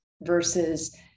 versus